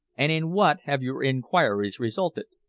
and in what have your inquiries resulted?